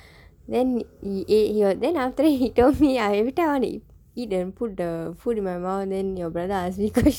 then he ate here then after then he tell me I every time I want to eat the put the food in my mouth then your brother ask me question